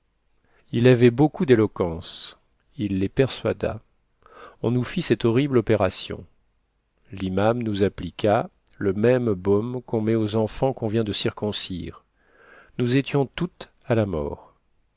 il avait beaucoup d'éloquence il les persuada on nous fit cette horrible opération l'iman nous appliqua le même baume qu'on met aux enfants qu'on vient de circoncire nous étions toutes à la mort